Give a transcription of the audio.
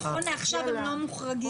נכון לעכשיו הם לא מוחרגים.